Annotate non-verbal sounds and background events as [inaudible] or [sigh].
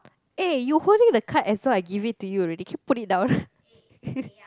eh you holding the card as though I give it to you already can you put it down [laughs]